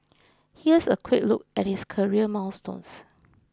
here's a quick look at his career milestones